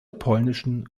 polnischen